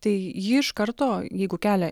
tai ji iš karto jeigu kelia